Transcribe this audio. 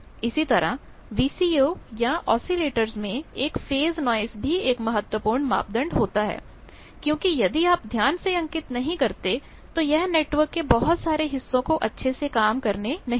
इसी तरह VCO या ऑसिलेटर्स में एक फेज नॉइस भी एक महत्वपूर्ण मापदंड होता है क्योंकि यदि आप ध्यान से अंकित नहीं करते तो यह नेटवर्क के बहुत सारे हिस्सों को अच्छे से काम नहीं करने देगा